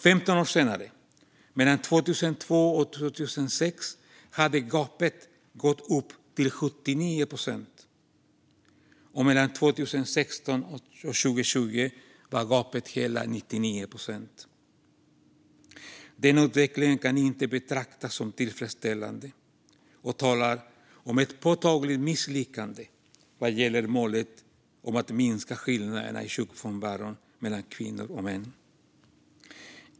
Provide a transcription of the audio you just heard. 15 år senare, mellan 2002 och 2006, hade gapet gått upp till 79 procent. Och mellan 2016 och 2020 var gapet hela 99 procent. Denna utveckling kan inte betraktas som tillfredsställande och talar om ett påtagligt misslyckande vad gäller målet att minska skillnaderna i sjukfrånvaron mellan kvinnor och män.